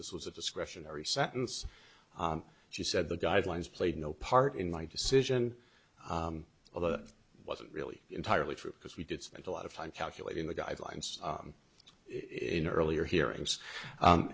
this was a discretionary sentence she said the guidelines played no part in my decision although that wasn't really entirely true because we did spend a lot of time calculating the guidelines in earlier hearings